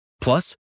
Plus